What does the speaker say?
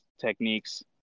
techniques